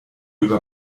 über